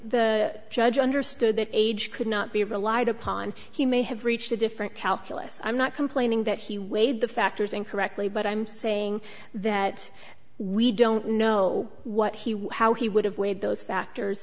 the judge understood that age could not be relied upon he may have reached a different calculus i'm not complaining that he weighed the factors incorrectly but i'm saying that we don't know what he was how he would have weighed those factors